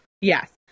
Yes